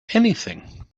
anything